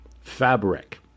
fabric